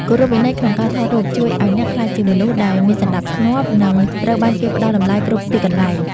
គោរពវិន័យក្នុងការថតរូបជួយឱ្យអ្នកក្លាយជាមនុស្សដែលមានសណ្តាប់ធ្នាប់ និង ត្រូវបានគេផ្តល់តម្លៃគ្រប់ទីកន្លែង។